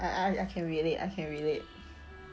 I I I can relate I can relate